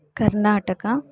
Karnataka